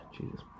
Jesus